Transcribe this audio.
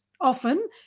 often